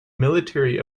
military